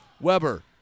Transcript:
Weber